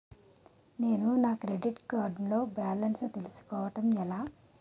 నేను నా credit card లో బాలన్స్ తెలుసుకోవడం ఎలా?